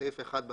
בסעיף 1,